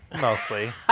Mostly